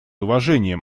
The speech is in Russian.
уважением